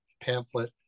pamphlet